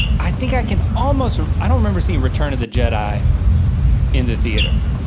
i think i can almost, i don't remember seeing return to the jedi in the theater.